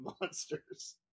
monsters